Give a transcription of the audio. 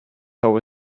our